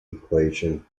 equation